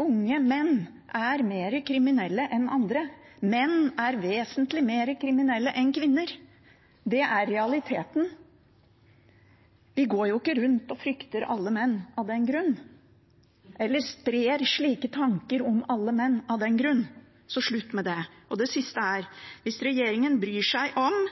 Unge menn er mer kriminelle enn andre, menn er vesentlig mer kriminelle enn kvinner. Det er realiteten. Vi går jo ikke rundt og frykter alle menn av den grunn – eller sprer slike tanker om alle menn av den grunn. Så slutt med det! Det siste er: Hvis regjeringen bryr seg om